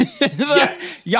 Yes